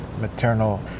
maternal